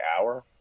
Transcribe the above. hour